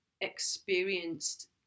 experienced